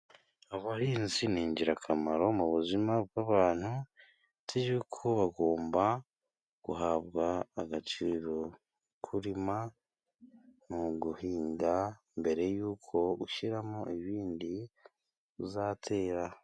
Abahinzi ni ingirakamaro mu buzima bw'abantu, nzi yuko bagomba guhabwa agaciro. Kurima ni uguhinga, mbere y'uko ushyiramo ibindi uzatera.